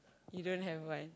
you don't have one